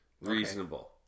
Reasonable